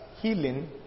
healing